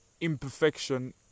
imperfection